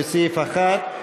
לסעיף 1,